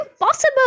impossible